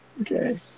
Okay